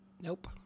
Nope